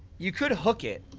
you could hook it,